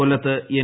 കൊല്ലത്ത് എൻ